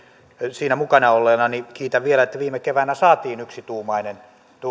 siinä mukana olleena kiitän vielä että viime keväänä saatiin yksituumainen